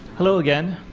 hello again,